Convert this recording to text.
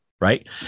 right